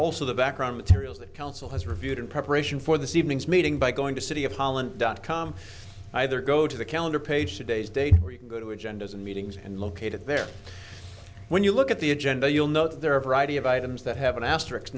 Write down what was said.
also the background materials that council has reviewed in preparation for this evening's meeting by going to city of holland dot com either go to the calendar page today's date or you can go to agenda meetings and located there when you look at the agenda you'll note there are a variety of items that have an asterisk